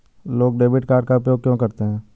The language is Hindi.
लोग डेबिट कार्ड का उपयोग क्यों करते हैं?